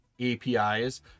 APIs